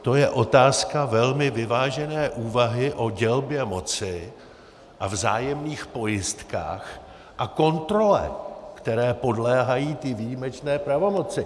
To je otázka velmi vyvážené úvahy o dělbě moci a vzájemných pojistkách a kontrole, které podléhají ty výjimečné pravomoci.